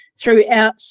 throughout